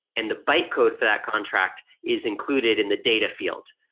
and the byte code for that contract is included in the data field,